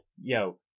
yo